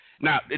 Now